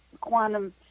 quantum